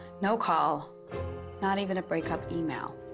no call not even a breakup email.